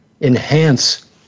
enhance